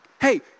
Hey